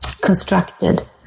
constructed